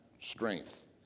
strength